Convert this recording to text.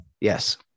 Yes